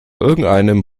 irgendeinem